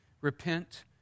repent